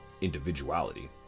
individuality